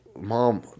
mom